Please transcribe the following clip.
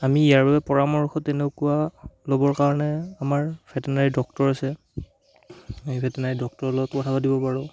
আমি ইয়াৰ বাবে পৰামৰ্শ তেনেকুৱা ল'বৰ কাৰণে আমাৰ ভেটেনাৰী ডক্তৰ আছে সেই ভেটেনাৰী ডক্তৰৰ লগতো কথা পাতিব পাৰোঁ